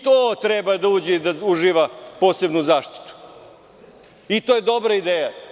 To treba da uđe i da u živa posebnu zaštitu i to je dobra ideja.